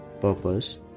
purpose